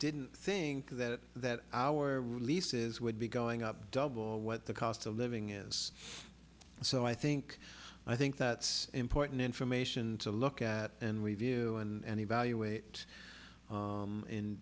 didn't think that that our leases would be going up double what the cost of living is so i think i think that's important information to look at and review and evaluate